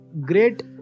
great